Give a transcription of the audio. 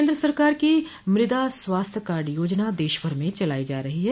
केन्द्र सरकार की मृदा स्वास्थ्य कार्ड योजना देशभर में चलाई जा रही है